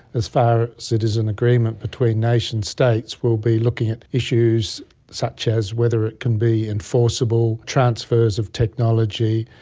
as far as so it is an agreement between nation states, will be looking at issues such as whether it can be enforceable, transfers of technology,